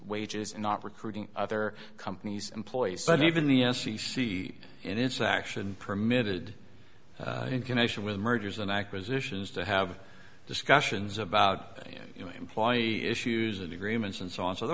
wages and not recruiting other companies employees but even the f c c in its action permitted in connection with mergers and acquisitions to have discussions about you employee issues and agreements and so on so the